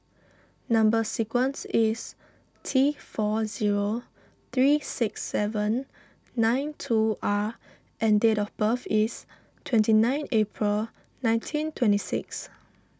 Number Sequence is T four zero three six seven nine two R and date of birth is twenty nine April nineteen twenty six